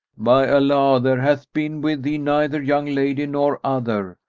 by allah, there hath been with thee neither young lady nor other!